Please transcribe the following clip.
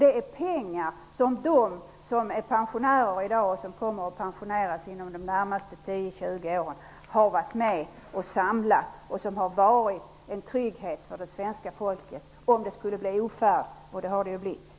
Det är pengar som de som är pensionärer i dag och som kommer att pensioneras inom de närmaste 10--20 åren har varit med och samlat. De har varit en trygghet för det svenska folket om det skulle bli ofärd, och det har det ju blivit.